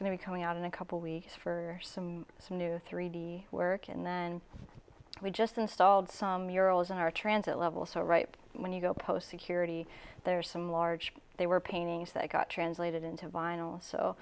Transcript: going to be coming out in a couple weeks for some new three d work and then we just installed some urals in our transit level so right when you go post security there are some large they were paintings that got translated into vinyl so